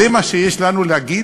זה מה שיש לנו להגיד?